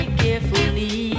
carefully